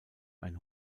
ein